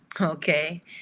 okay